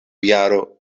jaro